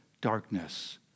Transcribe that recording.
darkness